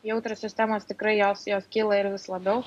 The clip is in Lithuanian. jautrios sistemos tikrai jos jos kyla ir vis labiau